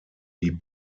die